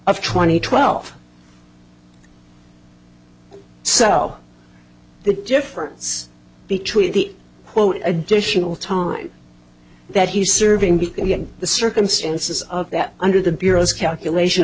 of twenty twelve cell the difference between the additional time that he's serving the circumstances of that under the bureau's calculation